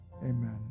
Amen